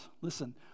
listen